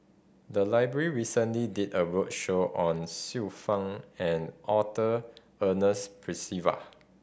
the library recently did a roadshow on Xiu Fang and Arthur Ernest Percival